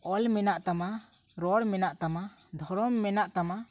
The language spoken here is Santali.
ᱚᱞ ᱢᱮᱱᱟᱜ ᱛᱟᱢᱟ ᱨᱚᱲ ᱢᱮᱱᱟᱜ ᱛᱟᱢᱟ ᱫᱷᱚᱨᱚᱢ ᱢᱮᱱᱟᱜ ᱛᱟᱢᱟ